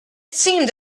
seemed